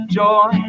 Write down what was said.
joy